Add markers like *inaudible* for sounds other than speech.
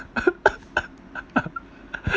*laughs*